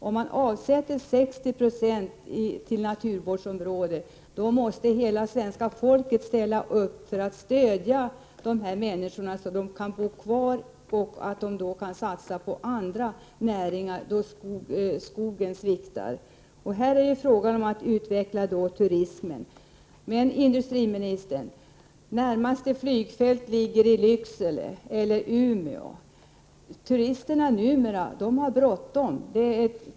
Om man avsätter 60 9; till naturvårdsområden, måste hela svenska folket ställa upp för att stödja dessa människor så att de kan bo kvar och satsa på andra näringar då skogen sviktar. Här är det fråga om att utveckla turismen. Men industriministern, närmaste flygfält ligger i Lycksele eller Umeå. Turisterna har numera bråttom.